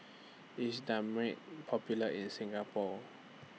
IS Dermale Popular in Singapore